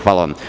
Hvala vam.